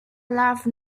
love